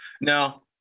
Now